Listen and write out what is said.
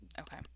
Okay